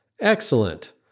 Excellent